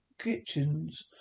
kitchens